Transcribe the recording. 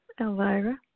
Elvira